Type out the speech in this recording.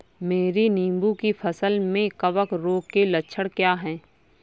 मेरी नींबू की फसल में कवक रोग के लक्षण क्या है?